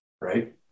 right